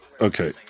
Okay